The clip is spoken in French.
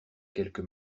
quelque